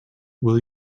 will